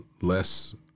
less